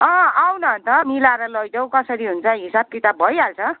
आउ न अन्त मिलाएर लैजाऊ कसरी हुन्छ हिसाब किताब भइहाल्छ